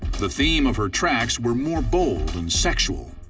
the theme of her tracks were more bold and sexual.